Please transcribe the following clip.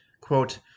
Quote